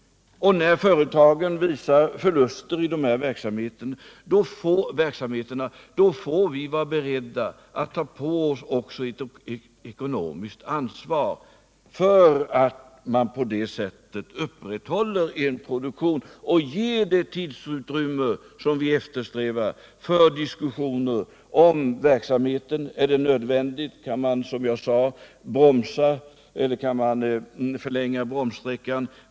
Och när företagen visar förluster i de här verksamheterna, får samhället vara berett att ta ett ekonomiskt ansvar för att man på det sättet upprätthåller en produktion och ge det tidsutrymme som vi eftersträvar för diskussioner om verksamheten. Är den nödvändig? Kan man, som jag sade, bromsa eller kan man förlänga bromssträckan?